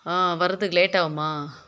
ஆ வரதுக்கு லேட் ஆகுமா